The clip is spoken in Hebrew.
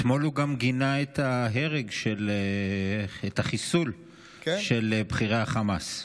אתמול הוא גם גינה את החיסול של בכירי חמאס.